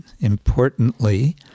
importantly